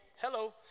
Hello